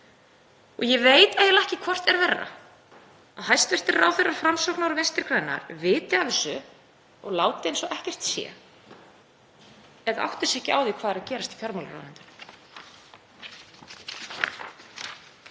Ég veit eiginlega ekki hvort er verra, að hæstv. ráðherrar Framsóknar og Vinstri grænna viti af þessu og láti eins og ekkert sé eða átti sig ekki á því hvað er að gerast í fjármálaráðuneytinu.